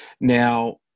Now